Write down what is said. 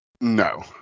No